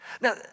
now